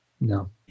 No